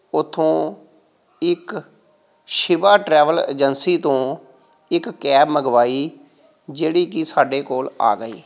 ਉਥੋਂ ਇੱਕ Shiva travel agency ਤੋਂ ਇੱਕ ਕੈਬ ਮੰਗਵਾਈ ਜਿਹੜੀ ਕਿ ਸਾਡੇ ਕੋਲ ਆ ਗਈ